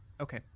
Okay